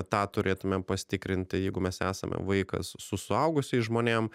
tą turėtumėm pasitikrinti jeigu mes esame vaikas su suaugusiais žmonėm